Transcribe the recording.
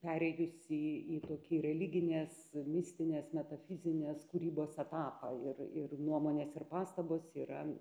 perėjus į į tokį religinės mistinės metafizinės kūrybos etapą ir ir nuomonės ir pastabos yra ir